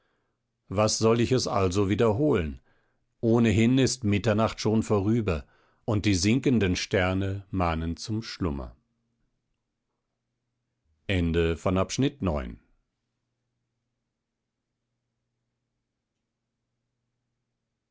was soll ich es also wiederholen ohnehin ist mitternacht schon vorüber und die sinkenden sterne mahnen zum schlummer